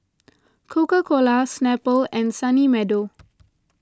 Coca Cola Snapple and Sunny Meadow